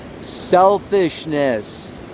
selfishness